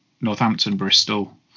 Northampton-Bristol